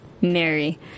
Mary